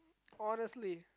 honestly